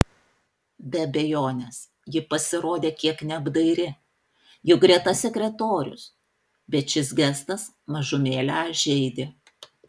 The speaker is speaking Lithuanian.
be abejonės ji pasirodė kiek neapdairi juk greta sekretorius bet šis gestas mažumėlę žeidė